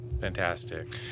Fantastic